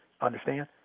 Understand